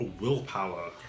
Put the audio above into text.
willpower